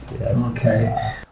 Okay